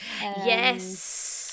Yes